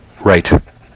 Right